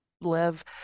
live